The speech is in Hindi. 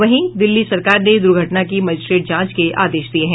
वहीं दिल्ली सरकार ने दुर्घटना की मजिस्ट्रेट जांच के आदेश दिए हैं